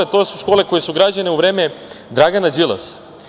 To su škole koje su građene u vreme Dragana Đilasa.